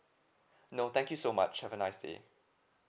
no thank you so much have a nice day